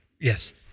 Yes